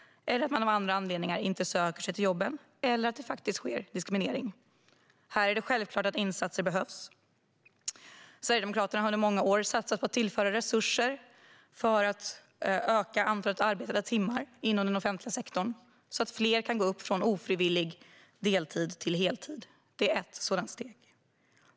Det kan finnas andra anledningar till att de inte söker sig till jobben. Det kan faktiskt bero på diskriminering. Här är det självklart att insatser behövs. Sverigedemokraterna har under många år satsat på att tillföra resurser för att öka antalet arbetade timmar inom den offentliga sektorn, så att fler kan gå upp från ofrivillig deltid till heltid. Det är ett sådant steg.